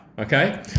okay